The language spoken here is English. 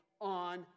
on